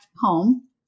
home